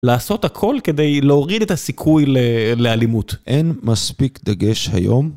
לעשות הכל כדי להוריד את הסיכוי לאלימות. אין מספיק דגש היום.